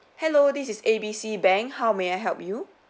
hello this is A B C bank how may I help you